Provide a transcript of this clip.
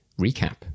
recap